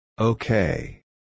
Okay